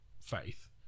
faith